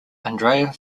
andrea